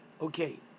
okay